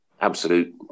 absolute